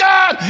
God